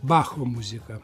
bacho muzika